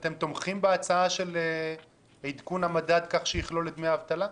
אתם תומכים בהצעה לעדכון המדד כך שהוא יכלול את דמי האבטלה?